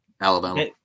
Alabama